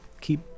Keep